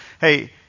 hey